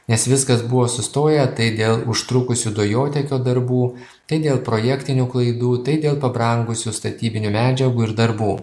nes viskas buvo sustoję tai dėl užtrukusių dujotiekio darbų tai dėl projektinių klaidų tai dėl pabrangusių statybinių medžiagų ir darbų